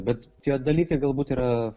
bet tie dalykai galbūt yra